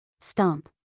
Stomp